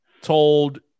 told